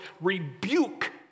rebuke